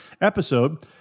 episode